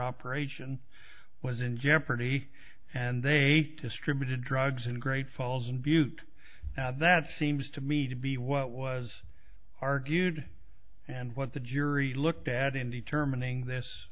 operation was in jeopardy and they distributed drugs in great falls in butte that seems to me to be what was argued and what the jury looked at in determining this